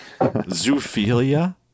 Zoophilia